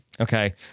Okay